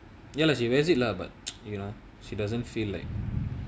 ya lah she wears it lah but you know she doesn't feeling